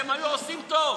שהם עושים טוב,